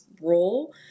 role